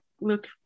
look